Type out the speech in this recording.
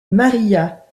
maria